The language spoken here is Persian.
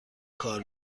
کار